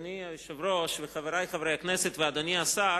אדוני היושב-ראש וחברי חברי הכנסת ואדוני השר,